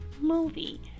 movie